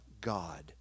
God